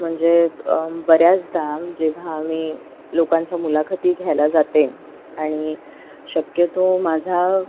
म्हणजे बऱ्याचदा जेव्हा मी लोकांच्या मुलाखती घ्यायला जाते आणि शक्यतो माझा